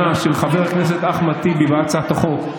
של חבר הכנסת אחמד טיבי בהצעת החוק,